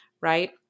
right